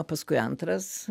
paskui antras